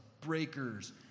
breakers